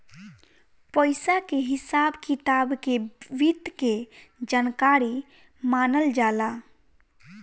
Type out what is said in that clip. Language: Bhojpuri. पइसा के हिसाब किताब के वित्त के जानकारी मानल जाला